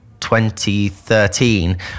2013